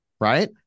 right